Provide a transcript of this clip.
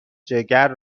جگر